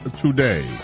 today